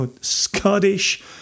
Scottish